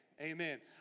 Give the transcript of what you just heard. Amen